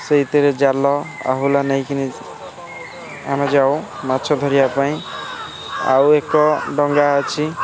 ସେଇଥିରେ ଜାଲ ଆହୁଲା ନେଇକିନି ଆମେ ଯାଉ ମାଛ ଧରିବା ପାଇଁ ଆଉ ଏକ ଡଙ୍ଗା ଅଛି